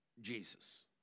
Jesus